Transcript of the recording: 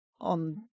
on